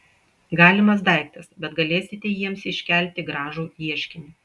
galimas daiktas bet galėsite jiems iškelti gražų ieškinį